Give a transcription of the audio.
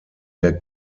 der